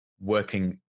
working